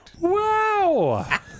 Wow